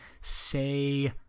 say